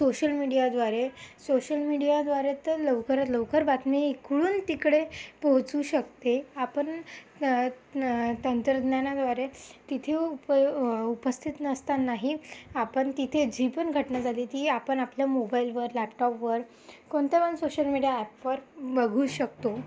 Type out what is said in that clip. social मीडियाद्वारे social मीडियाद्वारे तर लवकरात लवकर बातमी इकडून तिकडे पोहचू शकते आपण तंत्रज्ञानाद्वारे तिथे उप उपस्थित नसतांनाही आपण तिथे जीपण घटना झाली ती आपण आपल्या मोबाईलवर लॅपटॉपवर कोणत्यापण सोशल मीडिया ॲपवर बघू शकतो